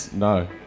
No